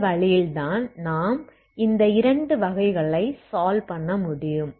இந்த வழியில் தான் நாம் இந்த இரண்டு வகைகளை சால்வ் பண்ண முடியும்